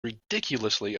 ridiculously